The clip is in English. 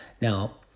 Now